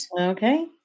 Okay